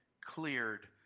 cleared